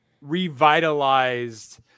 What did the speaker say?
revitalized